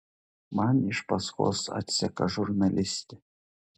man iš paskos atseka žurnalistė